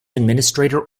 administrator